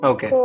Okay